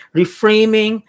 reframing